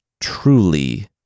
truly